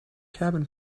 cabin